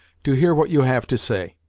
to hear what you have to say.